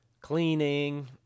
cleaning